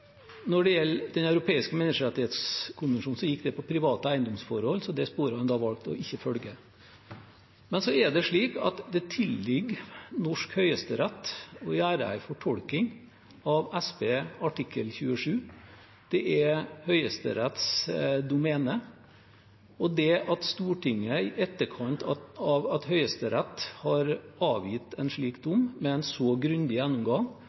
Når det gjelder Den europeiske menneskerettighetskonvensjon, gikk det på private eiendomsforhold, så det sporet har en da valgt å ikke følge. Men så er det slik at det tilligger norsk høyesterett å gjøre en fortolkning av SP artikkel 27. Det er Høyesteretts domene. Og det at Høyesterett har avgitt en slik dom, med en så grundig gjennomgang